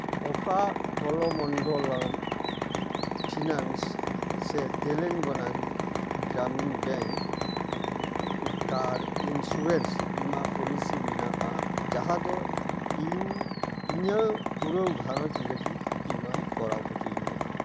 ᱚᱠᱟ ᱠᱚᱞᱚᱢᱚᱱᱰᱚᱞᱟᱢ ᱯᱷᱤᱱᱟᱱᱥ ᱥᱮ ᱛᱮᱞᱮᱝᱜᱟᱱᱟ ᱜᱨᱟᱢᱤᱱ ᱵᱮᱝᱠ ᱠᱟᱨ ᱤᱱᱥᱩᱨᱮᱱᱥ ᱵᱤᱢᱟᱹ ᱯᱚᱞᱤᱥᱤ ᱢᱮᱱᱟᱜᱼᱟ ᱡᱟᱦᱟᱸ ᱫᱚ ᱤᱧ ᱤᱧᱟᱹᱜ ᱯᱩᱨᱟᱹ ᱜᱷᱟᱨᱚᱸᱡᱽ ᱞᱟᱹᱜᱤᱫ ᱵᱤᱢᱟᱢ ᱠᱚᱨᱟᱣ ᱚᱪᱚᱭᱤᱧᱟᱹ